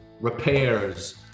repairs